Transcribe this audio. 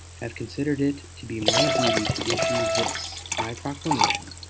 have considered it to be my duty to issue this my proclamation,